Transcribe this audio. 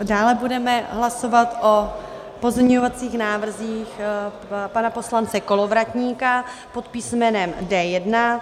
Tak, dále budeme hlasovat o pozměňovacích návrzích pana poslance Kolovratníka pod písmenem D1.